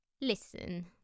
Listen